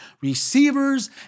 receivers